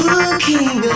Looking